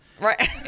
Right